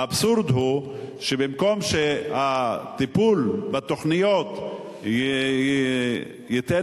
האבסורד הוא שבמקום שהטיפול בתוכניות ייתן